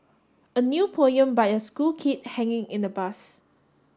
a new poem by a school kid hanging in the bus